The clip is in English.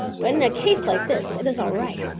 but in a case like this it is all right.